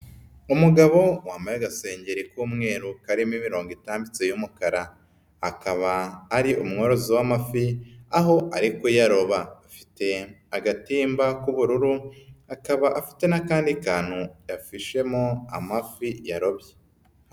Umugabo wambaye agasengeri k'umweru karimo imirongo itambitse y'umukara, akaba ari umworozi w'amafi aho ari kuyaroba, afite agatimba k'ubururu, akaba afite n'akandi kantu yafishemo amafi yarobye.